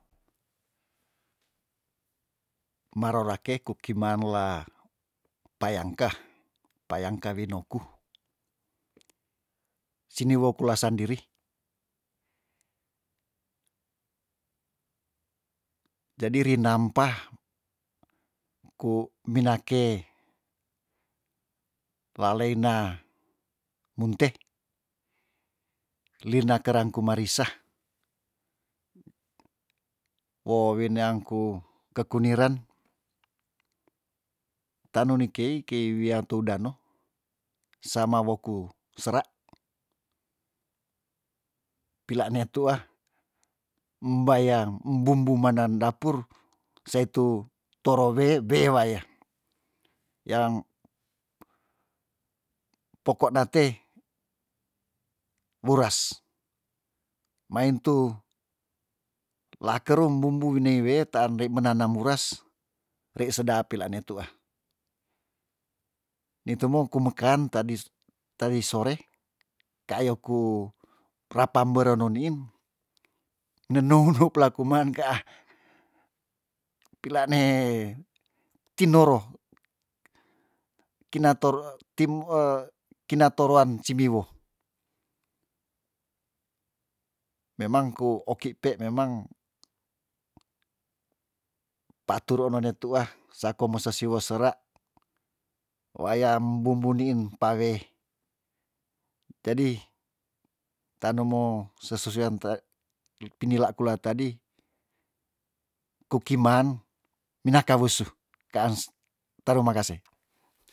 Merola kei ku kimaan la payangka payangka wi noku siniwo kula sandiri jadi rinampah ku minake laleina munte lina keran ku marisa wo wineangku ke kuniren tanu ni kei kei wia tou danou sama woku sera pilane tuah mbayang bumbu maanan dapur se itu toro we beewaya yang pokokda te wuras maintu lakerum bumbu winie wetaan rei menanam muras rei sedap pila ne tuah ni tu mou ku mekan tadis tadi sore kayo ku rapam beren no niin ne nou noup lakuman kaa pilane tinoro kina toru tim kina toroan simiwo memang ku oki pe memang paturu none tuah sako mesi siwo sera wayam bumbu niin pawe jadi tanu mo sesusu wian tare pinila kula tadi kukiman minaka wesu kaans taruma kase